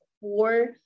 four